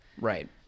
Right